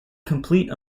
complete